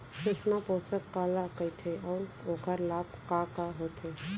सुषमा पोसक काला कइथे अऊ ओखर लाभ का का होथे?